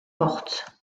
portes